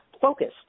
focused